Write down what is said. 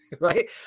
Right